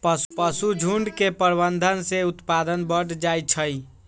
पशुझुण्ड के प्रबंधन से उत्पादन बढ़ जाइ छइ